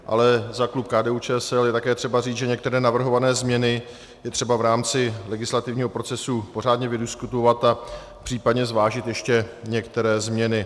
Ale za klub KDUČSL je také třeba říct, že některé navrhované změny je třeba v rámci legislativního procesu pořádně vydiskutovat a případně zvážit ještě některé změny.